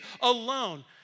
alone